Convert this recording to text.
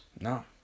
No